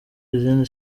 izindi